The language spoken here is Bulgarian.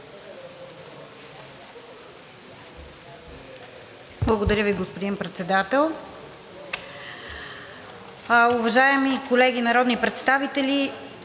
Благодаря Ви, господин Председател. Уважаеми колеги народни представители!